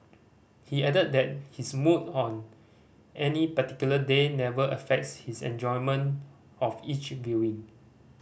he added that his mood on any particular day never affects his enjoyment of each viewing